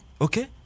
okay